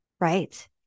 right